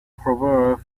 proverb